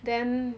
then